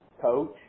coach